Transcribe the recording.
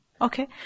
Okay